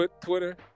Twitter